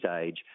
age